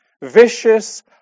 vicious